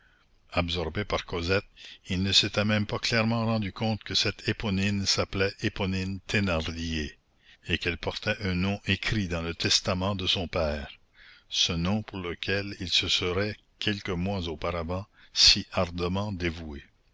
absorbé par cosette il ne s'était même pas clairement rendu compte que cette éponine s'appelait éponine thénardier et qu'elle portait un nom écrit dans le testament de son père ce nom pour lequel il se serait quelques mois auparavant si ardemment dévoué